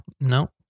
no